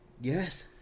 Yes